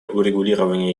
урегулирование